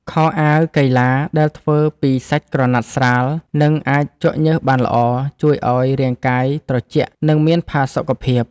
ខោអាវកីឡាដែលធ្វើពីសាច់ក្រណាត់ស្រាល និងអាចជក់ញើសបានល្អ ជួយឱ្យរាងកាយត្រជាក់ និងមានផាសុកភាព។